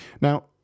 Now